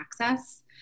access